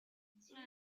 billing